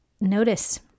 notice